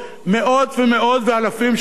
מאות ומאות ואלפים של דברים.